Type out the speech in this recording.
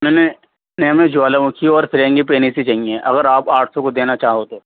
نہیں نہیں ہمیں جوالا مکھی اور فرنگی پینس ہی چاہیے اگر آپ آٹھ سو کو دینا چاہو تو